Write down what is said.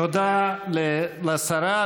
תודה לשרה.